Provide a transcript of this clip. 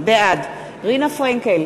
בעד רינה פרנקל,